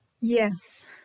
Yes